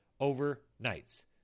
overnights